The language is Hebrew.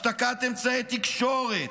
השתקת אמצעי תקשורת,